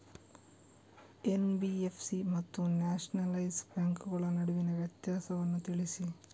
NBFC ಮತ್ತು nationalise ಬ್ಯಾಂಕುಗಳ ನಡುವಿನ ವ್ಯತ್ಯಾಸವನ್ನು ತಿಳಿಸಿ?